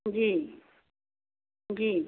जी जी